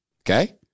Okay